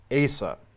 Asa